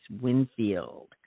Winfield